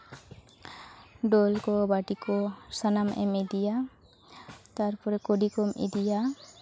ᱰᱳᱞ ᱠᱚ ᱵᱟᱹᱴᱤ ᱠᱚ ᱥᱟᱱᱟᱢᱟᱜᱼᱮᱢ ᱤᱫᱤᱭᱟ ᱛᱟᱨᱯᱚᱨᱮ ᱠᱩᱰᱤ ᱠᱚᱢ ᱤᱫᱤᱭᱟ